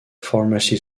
pharmacy